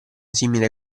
simile